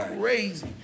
crazy